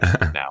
now